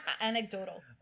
Anecdotal